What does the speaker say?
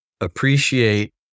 Appreciate